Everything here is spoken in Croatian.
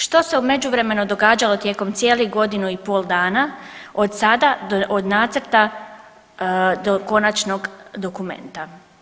Što se u međuvremenu događalo tijekom cijelih godinu i pol dana, od sada od nacrta do konačnog dokumenta?